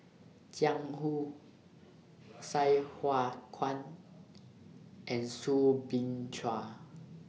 Jiang Hu Sai Hua Kuan and Soo Bin Chua